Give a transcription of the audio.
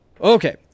Okay